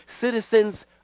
citizens